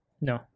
No